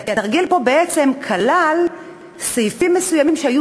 התרגיל פה בעצם כלל סעיפים מסוימים שהיו